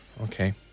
okay